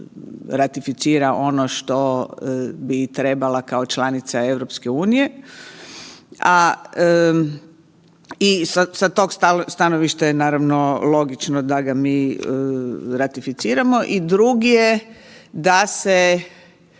ratificira ono što bi trebala kao članica EU, a i sa tog stanovišta je naravno logično da ga mi ratificiramo i drugi je da se